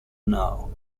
now